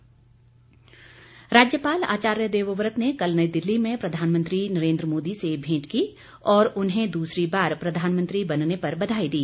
राज्यपाल राज्यपाल आचार्य देवव्रत ने कल नई दिल्ली में प्रधानमंत्री नरेन्द्र मोदी से भेंट की और उन्हें दूसरी बार प्रधानमंत्री बनने पर बधाई दी